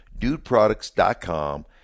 DudeProducts.com